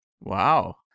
Wow